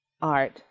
art